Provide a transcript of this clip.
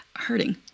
hurting